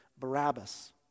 Barabbas